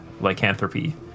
lycanthropy